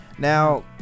Now